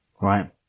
Right